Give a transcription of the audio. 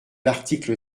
l’article